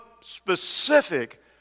specific